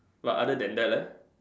but other than that leh